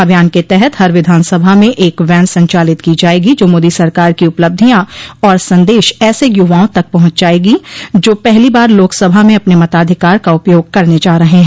अभियान के तहत हर विधानसभा में एक वैन संचालित की जायेगो जो मोदी सरकार की उपलब्धियां और संदेश ऐसे यूवाओं तक पहुंचायेगी जो पहली बार लोकसभा में अपने मताधिकार का उपयोग करने जा रहे हैं